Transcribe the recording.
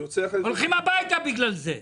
בגלל זה הולכים הביתה.